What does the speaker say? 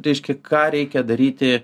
reiškia ką reikia daryti